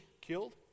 killed